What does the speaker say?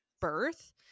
birth